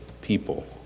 people